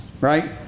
right